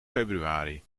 februari